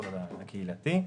הסקטור הקהילתי.